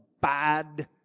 bad